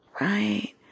right